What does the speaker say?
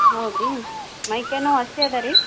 ಹೌದಾ ರೀ ಮೈ ಕೈ ನೋವು ಅಷ್ಟೇ ಅದಾ ರೀ